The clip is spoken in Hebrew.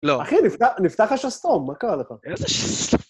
לא. אחי, נפתח השסתום, מה קרה לך?